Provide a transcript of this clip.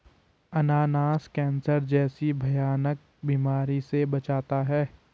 अनानास कैंसर जैसी भयानक बीमारी से बचाता है